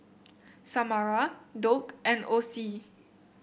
Samara Doug and Osie